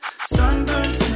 sunburned